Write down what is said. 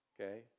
Okay